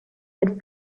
had